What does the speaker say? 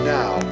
now